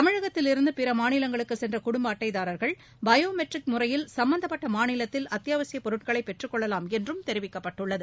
தமிழகத்தில் இருந்து பிற மாநிலங்களுக்கு சென்ற குடும்ப அட்டைதாரர்கள் பயோமெட்ரிக் முறையில் சும்பந்தப்பட்ட மாநிலத்தில் அத்தியாவசிய பொருட்களை பெற்றுக்கொள்ளவாம் என்றும் தெரிவிக்கப்பட்டுள்ளது